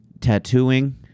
tattooing